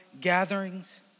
gatherings